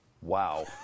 wow